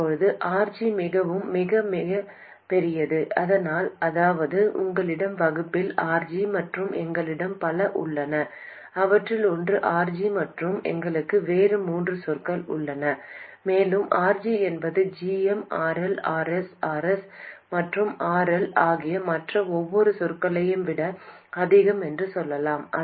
இப்போது RG மிகவும் மிக மிக பெரியது அதனால் அதாவது உங்களிடம் வகுப்பில் RG மற்றும் எங்களிடம் பல உள்ளன அவற்றில் ஒன்று RG மற்றும் எங்களுக்கு வேறு மூன்று சொற்கள் உள்ளன மேலும் RG என்பது gm RLRs Rs மற்றும் RL ஆகிய மற்ற ஒவ்வொரு சொற்களையும் விட அதிகம் என்று சொல்லலாம்